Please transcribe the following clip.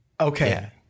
Okay